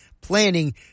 planning